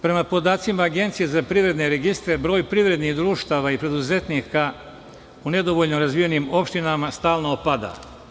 Prema podacima Agencije za privredne registre broj privrednih društava i preduzetnika u nedovoljno razvijenim opštinama stalno opada.